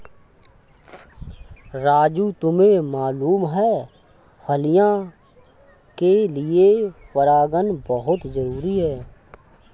राजू तुम्हें मालूम है फलियां के लिए परागन बहुत जरूरी है